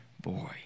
boy